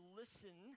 listen